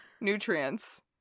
nutrients